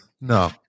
no